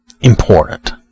important